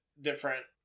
different